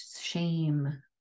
shame